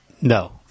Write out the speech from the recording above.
no